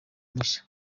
mushya